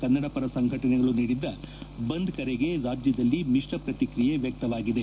ಕನ್ನಡವರ ಸಂಘಟನೆಗಳು ನೀಡಿದ್ದ ಬಂದ್ ಕರೆಗೆ ರಾಜ್ಯದಲ್ಲಿ ಮಿಶ್ರ ಪ್ರಕ್ತಿಯೆ ವ್ಯಕ್ತವಾಗಿದೆ